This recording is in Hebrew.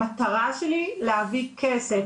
המטרה שלי להביא כסף